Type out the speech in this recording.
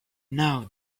now